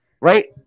right